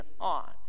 on